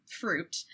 fruit